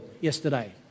yesterday